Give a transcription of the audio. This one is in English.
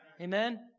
Amen